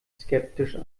skeptisch